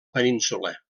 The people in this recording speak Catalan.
península